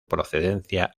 procedencia